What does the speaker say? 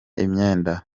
imyenda